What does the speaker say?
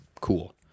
cool